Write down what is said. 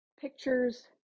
pictures